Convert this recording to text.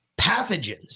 pathogens